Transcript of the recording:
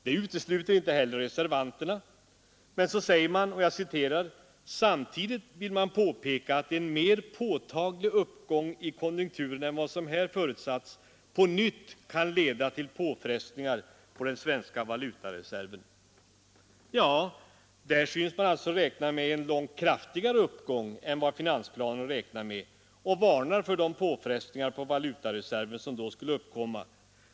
Detta utesluter inte heller reservanterna, men på s. 32 vill de ”samtidigt påpeka, att en mer påtaglig uppgång i konjunkturen än vad som här förutsatts på nytt kan komma att leda till påfrestningar på den svenska valutareserven”. Där synes man alltså räkna med en långt kraftigare uppgång än vad finansplanen räknar med och varnar för de påfrestningar på valutareserven som då skulle uppkomma.